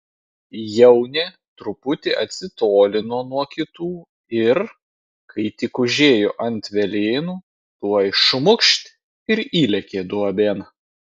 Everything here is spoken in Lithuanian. jaunė truputį atsitolino nuo kitų ir kai tik užėjo ant velėnų tuoj šmukšt ir įlėkė duobėn